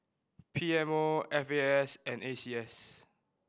P M O F A S and A C S